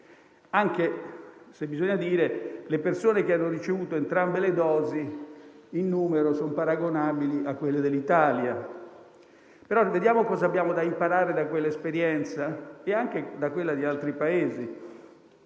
anche se bisogna dire che il numero delle persone che hanno ricevuto entrambe le dosi è paragonabile a quello dell'Italia. Vediamo però cosa abbiamo da imparare da quell'esperienza e anche da quella di altri Paesi.